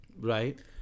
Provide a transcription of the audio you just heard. Right